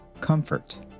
comfort